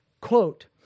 Quote